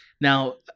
Now